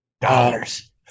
dollars